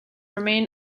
remain